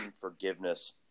forgiveness